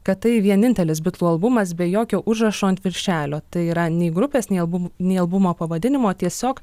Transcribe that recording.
kad tai vienintelis bitlų albumas be jokio užrašo ant viršelio tai yra nei grupės nei albumų nei albumo pavadinimo tiesiog